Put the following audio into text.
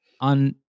on